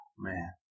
Man